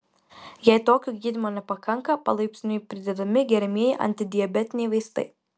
jei tokio gydymo nepakanka palaipsniui pridedami geriamieji antidiabetiniai vaistai